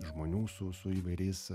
žmonių su su įvairiais